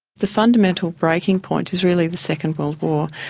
the fundamental breaking point is really the second world war.